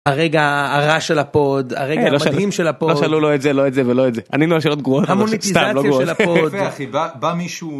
הרגע הרע של הפוד, הרגע המדהים של הפוד. לא שאלו - לא את זה, לא את זה ולא את זה. אני לא אוהב שאלות גרועות. גם המוניטיזציה של הפוד, בא מישהו...